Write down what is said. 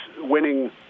winning